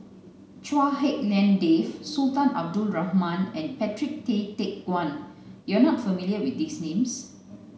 Chua Hak Lien Dave Sultan Abdul Rahman and Patrick Tay Teck Guan you are not familiar with these names